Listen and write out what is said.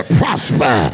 prosper